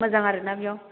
मोजां आरोना बेयाव